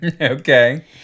Okay